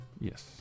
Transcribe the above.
Yes